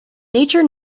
nature